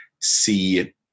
see